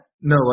No